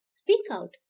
speak out!